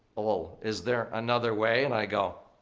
oh, is there another way? and i go,